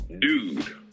Dude